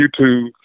YouTube